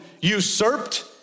usurped